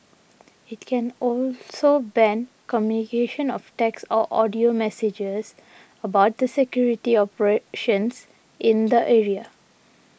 it can also ban communication of text or audio messages about the security operations in the area